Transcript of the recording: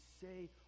say